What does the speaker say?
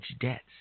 debts